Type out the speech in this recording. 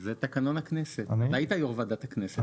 זה תקנון הכנסת, היית יו"ר ועדת הכנסת.